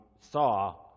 saw